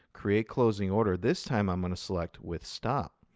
create closing order this time, i'm going to select with stop.